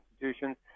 institutions